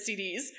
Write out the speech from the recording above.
CDs